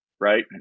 right